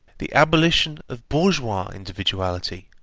the abolition of bourgeois individuality,